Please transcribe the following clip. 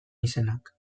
izenak